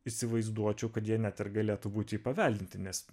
įsivaizduočiau kad jie net ir galėtų būti paveldinti nes